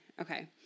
Okay